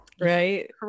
Right